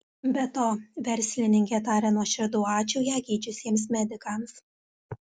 be to verslininkė taria nuoširdų ačiū ją gydžiusiems medikams